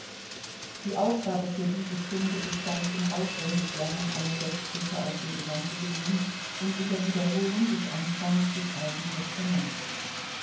die aufgabe für diese stunde bestand im auswendiglernen einiger sprüche aus dem evangelium und in der wiederholung des anfangs des alten testaments